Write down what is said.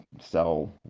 sell